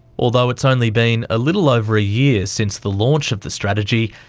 although it's only been a little over a year since the launch of the strategy,